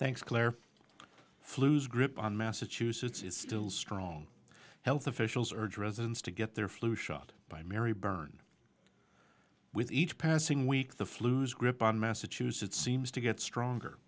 thanks claire flues grip on massachusetts is still strong health officials urge residents to get their flu shot by mary byrne with each passing week the flues grip on massachusetts seems to get stronger